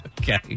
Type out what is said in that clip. Okay